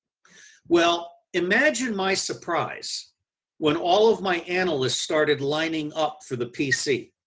well imagine my surprise when all of my analysts started lining up for the pc.